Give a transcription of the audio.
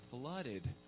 flooded